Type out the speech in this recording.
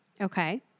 Okay